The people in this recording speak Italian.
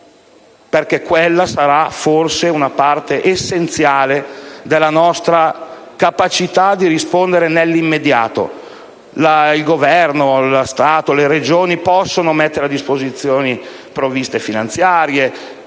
perché quella sarà forse una parte essenziale della nostra capacità di rispondere nell'immediato. Il Governo, lo Stato, le Regioni possono mettere a disposizione provviste finanziarie